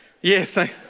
Yes